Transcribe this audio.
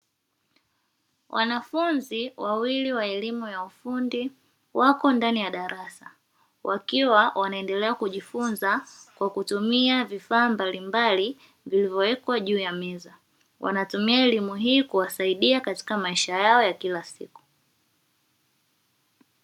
Wanafunzi wawili wa elimu ya ufundi wako ndani ya darasa wakiwa wanaendelea kujifunza kwa kutumia vifaa mbalimbali vilivyowekwa juu ya meza. Wanatumia elimu hii kuwasaidia katika maisha yao ya kila siku.